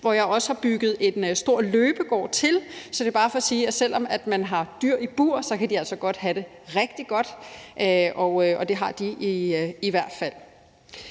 hvor jeg også har bygget en stor løbegård til. Det er bare for at sige, at selv om man har dyr i bur, kan de altså godt have det rigtig godt. Det har de i hvert fald.